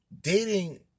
Dating